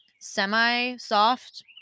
semi-soft